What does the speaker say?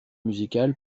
musical